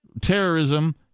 terrorism